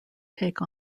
take